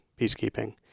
peacekeeping